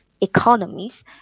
economies